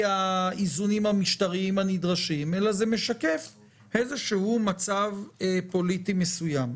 האיזונים המשטריים הנדרשים אלא הוא משקף מצב פוליטי מסוים.